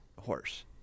horse